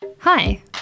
Hi